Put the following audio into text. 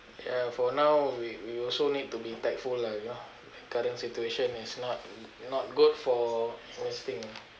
ya for now we we also need to be tactful lah you know current situation is not not good for this thing